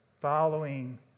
following